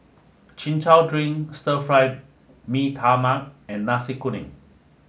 Chin Chow Drink Stir Fry Mee Tai Mak and Nasi Kuning